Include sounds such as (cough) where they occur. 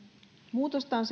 muutosta on (unintelligible)